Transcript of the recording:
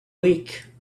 week